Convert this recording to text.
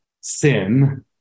sin